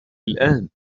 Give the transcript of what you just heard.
الآن